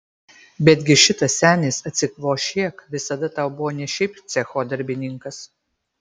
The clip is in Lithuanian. betgi šitas senis atsikvošėk visada tau buvo ne šiaip cecho darbininkas